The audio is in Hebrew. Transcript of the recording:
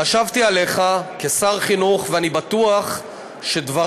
חשבתי עליך כשר חינוך ואני בטוח שדבריו